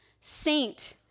saint